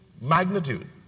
magnitude